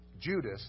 Judas